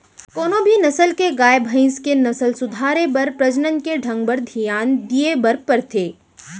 कोनों भी नसल के गाय, भईंस के नसल सुधारे बर प्रजनन के ढंग बर धियान दिये बर परथे